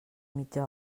mitja